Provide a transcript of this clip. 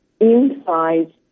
inside